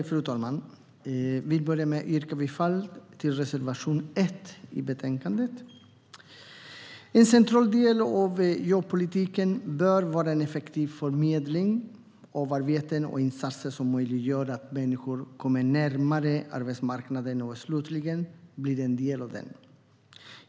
Fru talman! Jag vill börja med att yrka bifall till reservation 1. En central del av jobbpolitiken bör vara en effektiv förmedling av arbeten och insatser som möjliggör att människor kommer närmare arbetsmarknaden och slutligen blir en del av den.